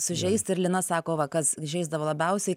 sužeisti ir lina sako va kas žeisdavo labiausiai